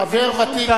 חבר ותיק,